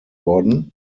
worden